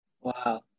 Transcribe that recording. Wow